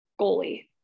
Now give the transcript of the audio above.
goalie